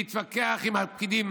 להתווכח עם הפקידים,